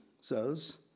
says